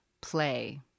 play